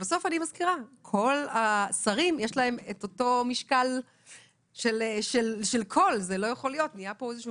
אני מזכירה שלכל השרים אמור להיות את אותו משקל ואת אותו הקול,